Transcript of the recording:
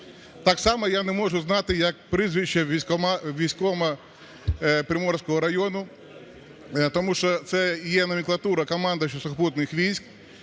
Так само я не можу знати, як прізвище військкома Приморського району, тому що це є номенклатура командуючого Сухопутних військ.